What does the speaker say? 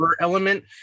element